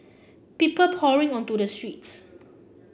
people pouring onto the streets